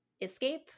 escape